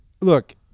look